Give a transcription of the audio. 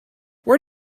where